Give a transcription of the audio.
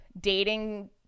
dating